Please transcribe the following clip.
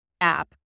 app